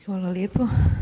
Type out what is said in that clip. Hvala lijepa.